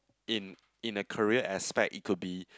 in in a career aspect it could be